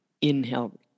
Inhale